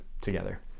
together